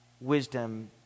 wisdom